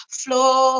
flow